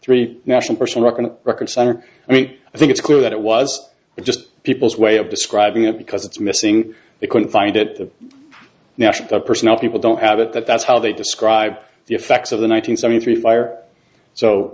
three national person not going to reconcile or i mean i think it's clear that it was just people's way of describing it because it's missing they couldn't find it the national personnel people don't have it that that's how they describe the effects of the nine hundred seventy three fire so